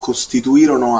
costituirono